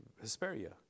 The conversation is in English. Hesperia